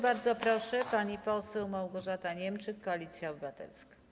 Bardzo proszę, pani poseł Małgorzata Niemczyk, Koalicja Obywatelska.